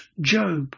Job